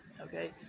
Okay